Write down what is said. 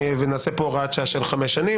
ונעשה פה הוראת שעה של חמש שנים